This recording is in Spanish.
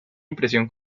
impresión